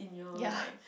ya